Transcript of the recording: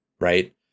right